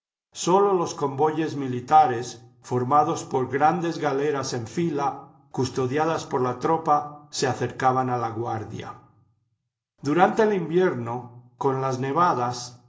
sólo los convoyes militares formados por grandes galeras en fila custodiadas por la tropa se acercaban a laguardia durante v invierno con las nevadas